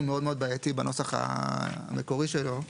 מאוד מאוד בעייתי בנוסח המקורי שלו.